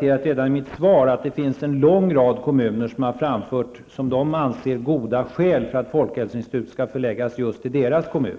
jag redan i mitt svar konstaterat att det finns en lång rad kommuner som har framfört vad de anser vara goda skäl för att folkhälsoinstitutet skall förläggas just till deras kommun.